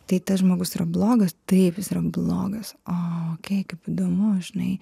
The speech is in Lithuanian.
tai tas žmogus yra blogas taip jis yra blogas o okei kaip įdomu žinai